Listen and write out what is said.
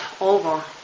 over